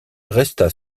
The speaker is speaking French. resta